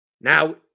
Now